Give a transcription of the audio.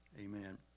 Amen